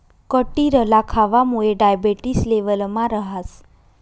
कटिरला खावामुये डायबेटिस लेवलमा रहास